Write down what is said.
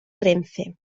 renfe